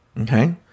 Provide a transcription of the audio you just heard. Okay